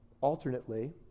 alternately